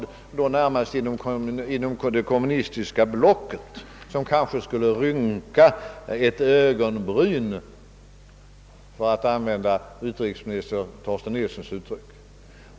Det är då närmast inom det kommunistiska blocket som man skulle kunna rynka ögonbrynen — för att nu använda utrikesminister Torsten Nilssons uttryck.